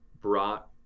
brought